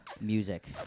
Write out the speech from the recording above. music